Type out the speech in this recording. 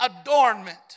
adornment